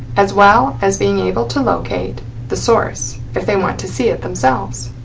as well as being able to locate the source if they want to see it themselves.